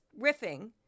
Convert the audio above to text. riffing